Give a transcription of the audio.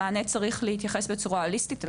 המענה צריך להתייחס בצורה הוליסטית על